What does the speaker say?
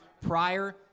prior